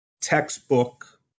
textbook